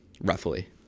roughly